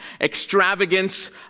extravagance